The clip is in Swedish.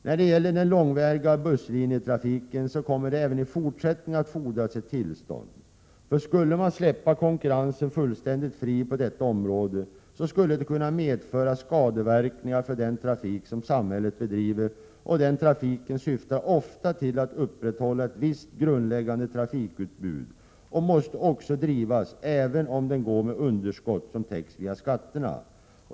När det gäller den långväga busslinjetrafiken kommer det även i fortsättningen att fordras tillstånd. Om man skulle släppa konkurrensen fullständigt fri på det området, skulle det kunna medföra skadeverkningar för den trafik som samhället bedriver. Den trafiken syftar ofta till att upprätthålla ett visst grundläggande trafikutbud och måste drivas även om den föranleder underskott som täcks via skatterna.